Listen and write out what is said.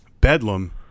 Bedlam